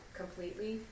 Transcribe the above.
completely